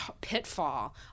pitfall